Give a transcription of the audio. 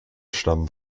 stammen